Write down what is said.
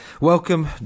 Welcome